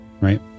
right